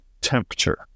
temperature